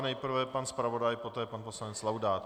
Nejprve pan zpravodaj, poté pan poslanec Laudát.